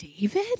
David